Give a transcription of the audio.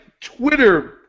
Twitter